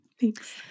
Thanks